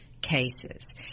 cases